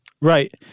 Right